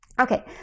Okay